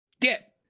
get